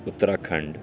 اترا کھنڈ